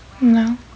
No